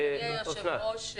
אדוני היושב-ראש,